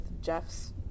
Jeff's